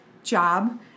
job